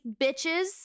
bitches